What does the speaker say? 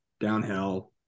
downhill